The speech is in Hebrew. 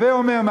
הווי אומר,